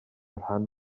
rhan